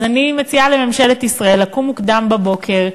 אז אני מציעה לממשלת ישראל לקום מוקדם בבוקר,